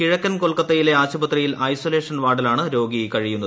കിഴക്കൻ കൊൽക്കത്തയിലെ ആശുപത്രിയിൽ ഐസൊലേഷൻ വാർഡിലാണ് രോഗി കഴിയുന്നത്